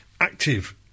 active